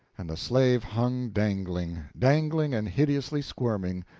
and the slave hung dangling dangling and hideously squirming,